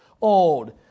old